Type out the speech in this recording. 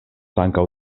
ankaŭ